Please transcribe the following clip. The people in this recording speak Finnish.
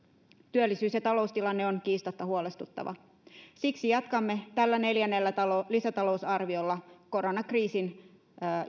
työllisyys ja taloustilanne on kiistatta huolestuttava siksi jatkamme tällä neljännellä lisätalousarviolla koronakriisin